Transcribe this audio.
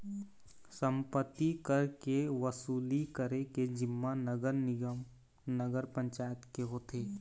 सम्पत्ति कर के वसूली करे के जिम्मा नगर निगम, नगर पंचायत के होथे